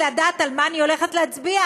כי רציתי לדעת על מה אני הולכת להצביע,